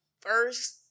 first